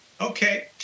Okay